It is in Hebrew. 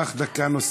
קח דקה נוספת,